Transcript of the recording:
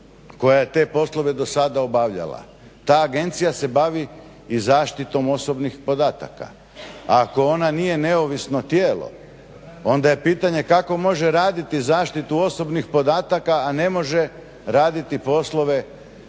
koja je te poslove do sada obavljala. Ta agencija se bavi i zaštitom osobnih podataka. A ako ona nije neovisno tijelo, onda je pitanje kako može raditi zaštitu osobnih podataka, a ne može raditi poslove